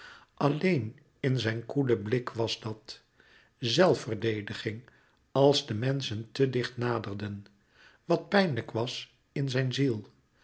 alleen in zijn koelen blik was dat zelfverdediging als de menschen te dicht naderden wat pijnlijk was in zijn ziel